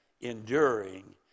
enduring